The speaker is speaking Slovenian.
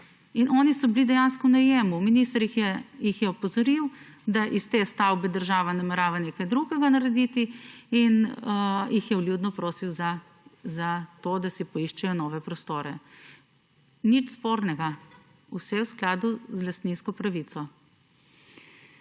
Oni so bili dejansko v najemu. Minister jih je opozoril, da iz te stavbe država namerava nekaj drugega narediti in jih je vljudno prosil, da si poiščejo nove prostore. Nič spornega, vse je v skladu z lastninsko pravico.